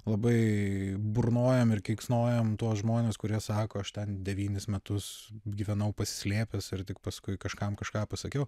labai burnojam ir keiksnojam tuos žmones kurie sako aš ten devynis metus gyvenau pasislėpęs ir tik paskui kažkam kažką pasakiau